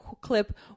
clip